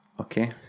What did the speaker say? okay